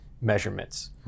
measurements